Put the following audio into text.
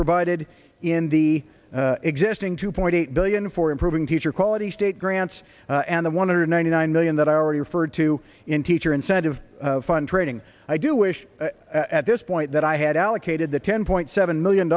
provided in the existing two point eight billion for improving teacher quality state grants and the one hundred ninety nine million that are already referred to in teacher incentive fund training i do wish at this point that i had allocated the ten point seven million